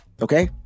Okay